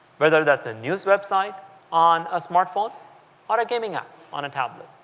whether that's a news web site on a smartphone or a game ing app on a tablet.